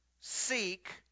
seek